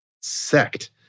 sect